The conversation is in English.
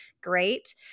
great